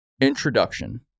introduction